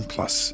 Plus